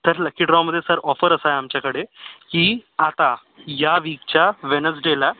तर लकी ड्रॉमध्ये sir offer अशी आहे आमच्याकडे की आता ह्या वीकच्या वेनस्डेला